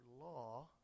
law